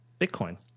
Bitcoin